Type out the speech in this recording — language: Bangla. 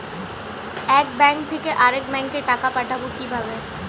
এক ব্যাংক থেকে আরেক ব্যাংকে টাকা পাঠাবো কিভাবে?